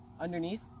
underneath